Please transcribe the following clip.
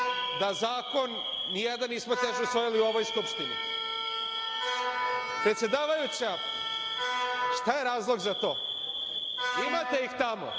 da zakon nijedan nismo teže usvajali u ovoj Skupštini. Predsedavajuća, šta je razlog za to? Imate ih tamo,